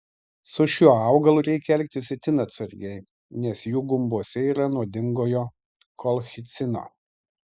su šiuo augalu reikia elgtis itin atsargiai nes jų gumbuose yra nuodingojo kolchicino